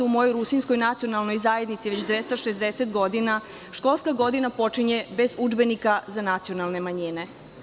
U mojoj Rusinskoj nacionalnoj zajednici već 260 godina, školska godina počinje bez udžbenika za nacionalne manjine.